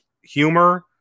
humor